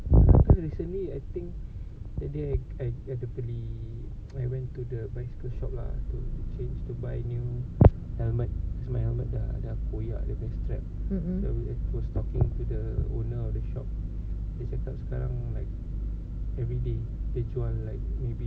cause recently I think that day I I I ada beli I went to the bicycle shop lah to change to buy new helmet cause my helmet dah dah koyak dia punya strap I was talking to the owner of the shop dia cakap sekarang like everyday dia jual like maybe